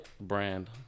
brand